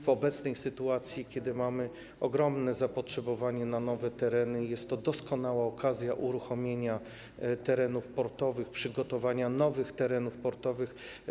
W obecnej sytuacji, kiedy mamy ogromne zapotrzebowanie na nowe tereny, jest to doskonała okazja do uruchomienia terenów portowych, przygotowania nowych terenów portowych.